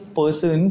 person